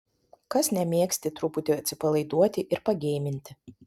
kas nemėgsti truputį atsipalaiduoti ir pageiminti